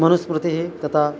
मनुस्मृतिः तथा